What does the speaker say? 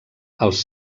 els